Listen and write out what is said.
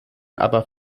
aber